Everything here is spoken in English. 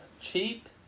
cheap